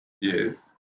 Yes